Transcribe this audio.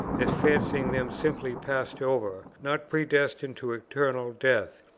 as fancying them simply passed over, not predestined to eternal death.